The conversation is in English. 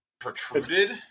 protruded